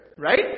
Right